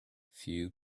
few